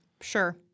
Sure